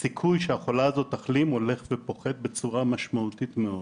הסיכוי שהחולה הזאת תחלים הולך ופוחת בצורה משמעותית מאוד.